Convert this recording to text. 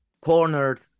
cornered